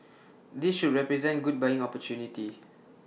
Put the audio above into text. this should represent good buying opportunity